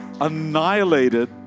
annihilated